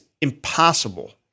impossible